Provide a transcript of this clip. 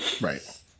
Right